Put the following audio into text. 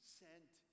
sent